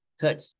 touch